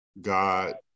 God